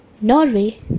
Norway